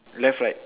left right